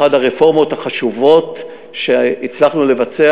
אחת הרפורמות החשובות שהצלחנו לבצע,